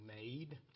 made